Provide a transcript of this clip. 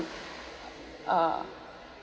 uh